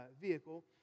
vehicle